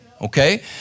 Okay